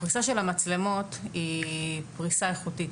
הפריסה של המצלמות היא פריסה איכותית.